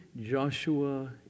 Joshua